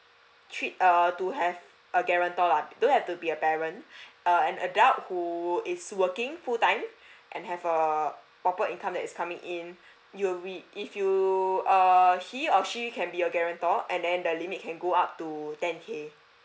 treat err to have a guarantor lah don't have to be a parent err an adult who is working full time and have a proper income that is coming in you we if you err he or she can be a guarantor and then the limit can go up to ten K